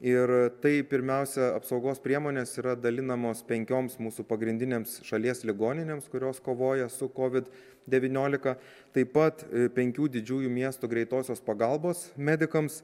ir tai pirmiausia apsaugos priemonės yra dalinamos penkioms mūsų pagrindinėms šalies ligoninėms kurios kovoja su covid devyniolika taip pat penkių didžiųjų miestų greitosios pagalbos medikams